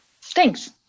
Thanks